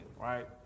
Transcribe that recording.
right